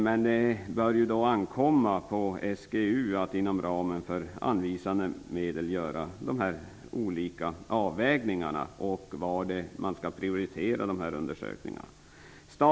Men det bör ankomma på SGU att inom ramen för anvisade medel göra de olika avvägningarna och ta ställning till vilka undersökningar som skall prioriteras.